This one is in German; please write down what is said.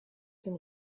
zum